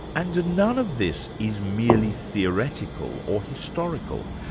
and none of this is merely theoretical or historical.